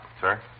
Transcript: Sir